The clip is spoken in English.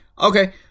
Okay